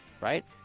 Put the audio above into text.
right